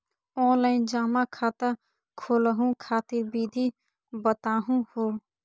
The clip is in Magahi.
ऑनलाइन जमा खाता खोलहु खातिर विधि बताहु हो?